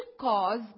cause